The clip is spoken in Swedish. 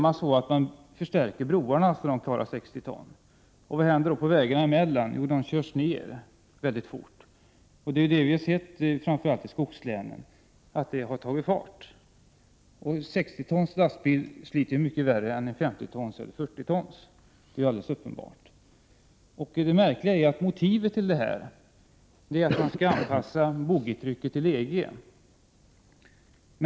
Man förstärker broarna så att de klarar 60 ton. Vad händer då med vägarna emellan? Jo, de slits ned mycket fort. Det har skett framför allt i skogslänen. En 60 tons lastbil sliter mycket mer än en 50 tons eller en 40 tons — det är alldeles uppenbart. Det märkliga är att motivet till detta är att man skall anpassa boggitrycket till EG.